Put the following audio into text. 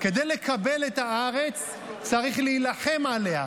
כדי לקבל את הארץ צריך להילחם עליה,